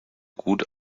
gut